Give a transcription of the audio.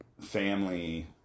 family